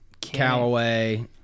Callaway